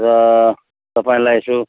र तपाईँलाई यसो